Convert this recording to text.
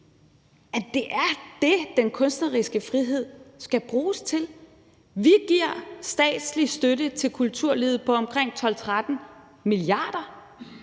det er det, den kunstneriske frihed skal bruges til. Vi giver statslig støtte til kulturlivet på omkring 12-13 mia. kr.